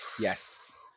Yes